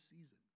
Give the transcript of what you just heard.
season